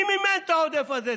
מי מימן את העודף הזה?